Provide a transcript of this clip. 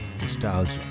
nostalgia